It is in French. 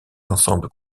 ensembles